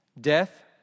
Death